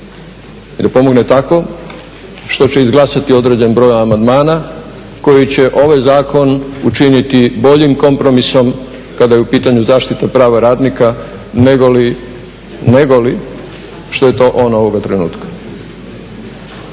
da pomogne tako što će izglasati određeni broj amandmana koji će ovaj zakon učiniti boljim kompromisom kada je u pitanju zaštita prava radnika negoli što je to on ovoga trenutka.